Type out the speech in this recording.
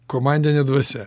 komandinė dvasia